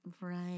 Right